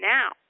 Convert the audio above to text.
Now